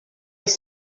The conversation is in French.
les